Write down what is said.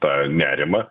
tą nerimą